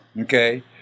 okay